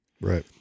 Right